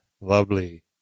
lovely